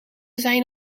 zijn